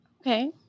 Okay